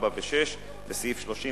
(4) ו-(6); בסעיף 30,